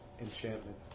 enchantment